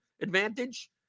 advantage